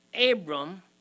Abram